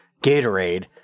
Gatorade